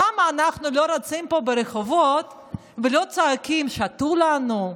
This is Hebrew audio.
למה אנחנו לא רצים פה ברחובות ולא צועקים: שתו לנו,